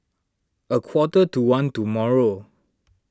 a quarter to one tomorrow